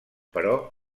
però